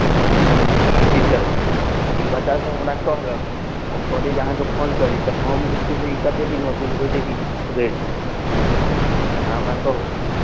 inter भेलै तऽ ई बच्चासभ हमरा कहलक हम कहलियै जे अहाँके फोन करी तऽ हम जे छै से ई कतेक दिनमे बुझबै जे ई चीज सुधरि जेतै से अहाँ हमरा कहू